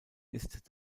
ist